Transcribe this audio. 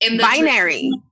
Binary